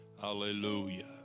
Hallelujah